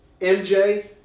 MJ